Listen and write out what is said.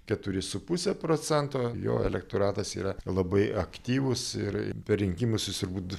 keturi su puse procento jo elektoratas yra labai aktyvus ir per rinkimasus jis turbūt